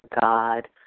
God